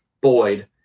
Boyd